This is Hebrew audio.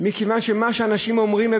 מכיוון שמה שאנשים אומרים,